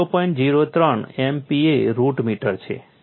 03 MPa root metre છે